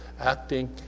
acting